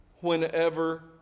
Whenever